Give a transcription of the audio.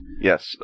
Yes